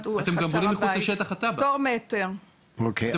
אני מתנצל.